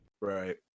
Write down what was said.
Right